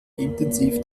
intensiv